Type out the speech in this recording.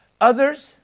others